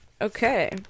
okay